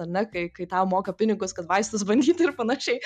ane kai kai tau moka pinigus kad vaistus bandyti ir panašiai